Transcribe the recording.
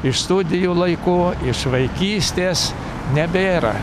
iš studijų laikų iš vaikystės nebėra